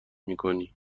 میکنی